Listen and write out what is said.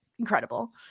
Incredible